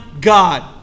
God